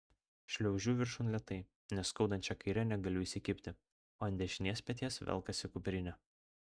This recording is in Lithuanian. šliaužiu viršun lėtai nes skaudančia kaire negaliu įsikibti o ant dešinės peties velkasi kuprinė